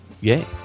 yay